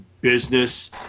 business